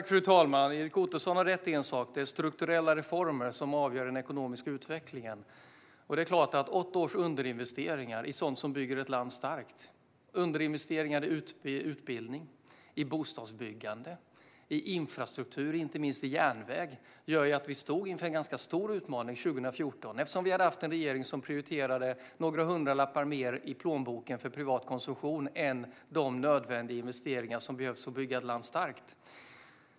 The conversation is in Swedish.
Fru talman! Erik Ottoson har rätt i en sak, att det är strukturella reformer som avgör den ekonomiska utvecklingen. Det är klart att åtta års underinvesteringar i sådant som bygger ett land starkt - såsom underinvesteringar i utbildning, i bostadsbyggande, i infrastruktur, inte minst i järnväg - gjorde att vi stod inför en ganska stor utmaning 2014, eftersom den förra regeringen mer prioriterade några hundralappar mer i plånboken för privat konsumtion än de nödvändiga investeringar som behövs för att bygga ett land starkt.